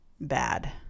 bad